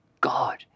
God